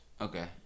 Okay